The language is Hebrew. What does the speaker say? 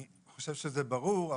אני חשוב שזה ברור,